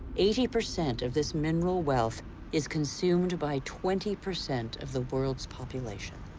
eighty percent of this mineral wealth is consumed by twenty percent of the world's population.